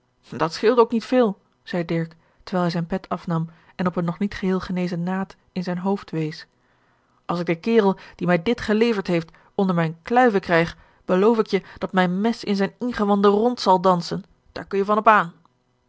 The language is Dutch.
dat scheelde ook niet veel zei dirk terwijl hij zijn pet afnam en op een nog niet geheel genezen naad in zijn hoofd wees als ik den kerel die mij dit geleverd heeft onder mijne kluiven krijg beloof ik je dat mijn mes in zijne ingewanden rond zal dansen daar kun je van op aan